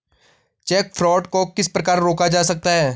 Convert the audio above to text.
Check fraud को किस प्रकार रोका जा सकता है?